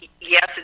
yes